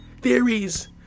Theories